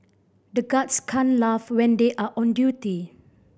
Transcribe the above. the guards can't laugh when they are on duty